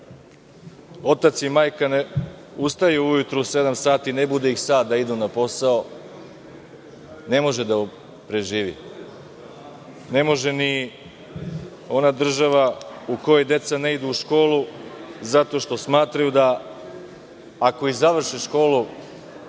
otac i majka ne ustaju ujutru u sedam sati, ne budi ih sat da idu na posao, ne može da se preživi. Ne može ni u onoj država u kojoj deca ne idu u školu zato što smatraju da, ako i završe školu,